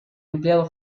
empleado